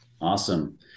awesome